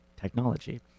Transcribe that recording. technology